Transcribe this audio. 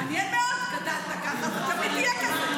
מעניין מאוד, גדלת ככה, אתה תמיד תהיה כזה.